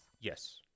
yes